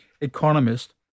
economist